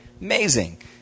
Amazing